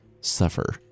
suffer